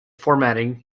formatting